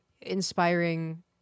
inspiring